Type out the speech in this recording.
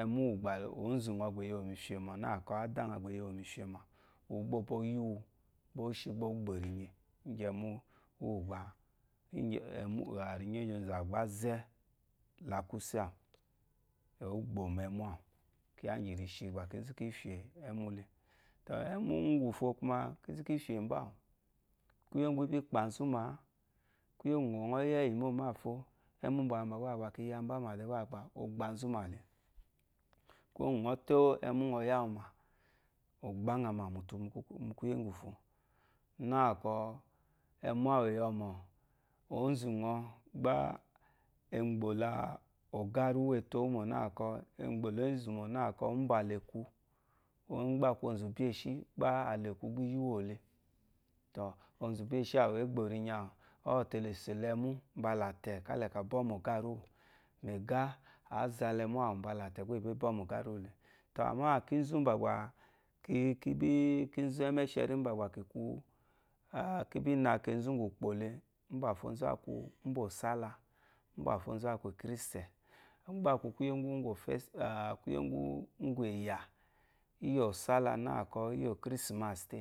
ɛmwú úwù gbà. Ɛmwú úwù ǒnzú ŋɔ gbà e ye wu mu ìfyèmò nâ kɔ ádá ŋa gbà e ye wu mu ìfyèmò àwù, uwu gbá ò bo yí wu gbá ǒ shi gbá ó gbò rinye íŋgyì ɛmwú úwù gbá rinye íŋgyì onzàwù gbà á zɛ́ la kwúsé àwù ó kò na ɛmwú àwù. Kyiya íŋgyì ri shi gbà kínzú kí fyè ɛ́mwú le. uŋwùfo kwuma, kínzú kí fyè mbó àwù, kwúyè úŋgwù í bí kpà nzú mǎ, kwúyé gbà ŋɔ́ yi ɛ́yì mô mâfo, ɛ́mwú mbàambà gbâ bà kì ya mbámà le gbá bà ɔ̀ gba nzúmà le. Kwúyè úŋgwù ŋɔ́ tó ɛmwú ŋɔ yá wu mà, ò gbá ŋa mà mùtu mu kwúyè úŋgwùfo. Mâ kɔɔ, ɛmwú àwù è yi ɔmɔ̀, oónzù ŋɔ gbá è mgbò la ògârúwú úwù ete wú mò nâ kɔ e mbgò la énzù mò nâ kɔ úmbà àlekwu, ḿ gbá a kwu onzu ùbyí eshí, gbá àlèkwu gbá i yí wu ò le tɔ̀, onzu ùbyí eshi àwù ê gbò rinye àwù, ɔ̌ te lè sò la ɛmwú mbala àtɛ̀ káa lɛ kà bɔ́ wu mu ɔgârúwù. Mu ègáá ǎ za la ɛmwú àwù mbala àtɛ̀ gbá è bê bɔ̂ mu ògârúwù le. To âmâ kínzú mbà gbà kínzú ɛ́mɛ́shɛrí úmbà gbà ki kwu, kí bí na kenzu úngà ùkpò le, úmbàfo nzú a kwu úmbà ɔ̀sála, úmbàfo nzú a kwu èkristɛ̀ ḿ gbá a kwu kwuye úŋgwù èyà íyì ɔ̀sála nâ kɔɔ, íyì òkírísìmâsì te,